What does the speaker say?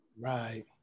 Right